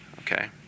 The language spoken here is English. Okay